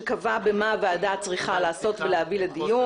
שקבע מה הוועדה צריכה לעשות ולהביא לדיון.